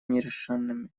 нерешенными